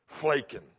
flaking